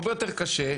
הרבה יותר קשה,